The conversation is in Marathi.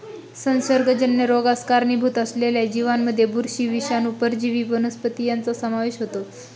संसर्गजन्य रोगास कारणीभूत असलेल्या जीवांमध्ये बुरशी, विषाणू, परजीवी वनस्पती यांचा समावेश होतो